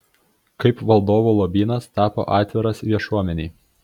kaip valdovų lobynas tapo atviras viešuomenei